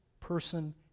person